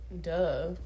duh